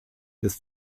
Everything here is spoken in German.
des